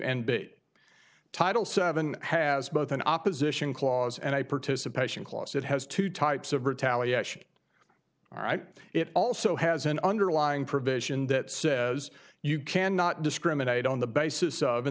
and bit title seven has both an opposition clause and i participation clause it has two types of retaliation all right it also has an underlying provision that says you cannot discriminate on the basis of and